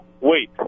wait